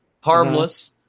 harmless